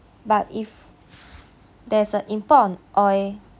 but if there is a import on oil